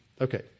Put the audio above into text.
okay